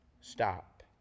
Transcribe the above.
stop